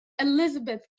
Elizabeth